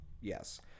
yes